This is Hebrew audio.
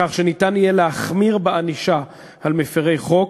כך שניתן יהיה להחמיר בענישת מפרי חוק.